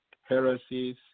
heresies